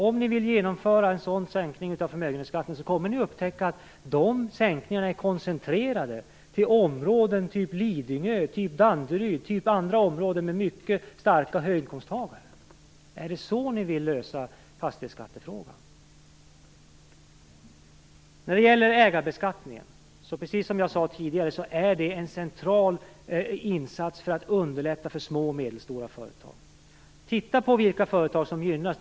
Om ni vill genomföra en sådan sänkning av förmögenhetsskatten så kommer ni att upptäcka att sänkningarna koncentreras till områden som Lidingö, Danderyd och andra områden med många starka höginkomsttagare. Är det så ni vill lösa fastighetsskattefrågan? Precis som jag sade tidigare är ägarbeskattningen en central insats för att underlätta för små och medelstora företag. Titta på vilka företag som gynnas.